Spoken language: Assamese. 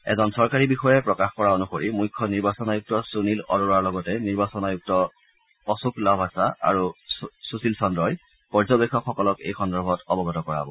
এজন চৰকাৰী বিষয়াই প্ৰকাশ কৰা অনুসৰি মুখ্য নিৰ্বাচন আয়ুক্ত সুনীল আৰোৰাৰ লগতে নিৰ্বাচন আয়ুক্ত অশোক লাভাছা আৰু সুশীল চজ্ৰই পৰ্যবেক্ষকসকলক এই সন্দৰ্ভত অৱগত কৰাব